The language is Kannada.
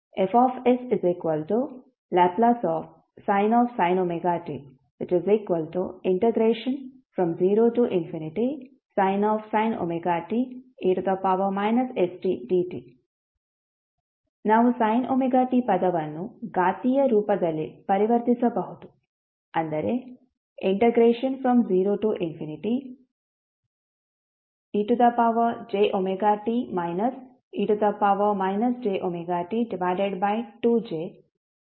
FsLsin wt0e stdt ನಾವು sin ωt ಪದವನ್ನು ಘಾತೀಯ ರೂಪದಲ್ಲಿ ಪರಿವರ್ತಿಸಬಹುದು ಅಂದರೆ0ejwt e jwt2je stdt